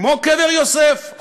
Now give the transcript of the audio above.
כמו בקבר יוסף.